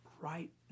right